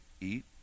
eat